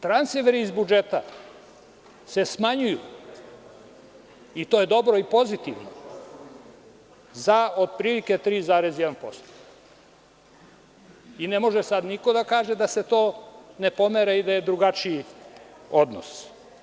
Transferi iz budžeta se smanjuju i to je dobro i pozitivno za otprilike 3,1%, i ne može sad niko da kaže da se to ne pomera i da je drugačiji odnos.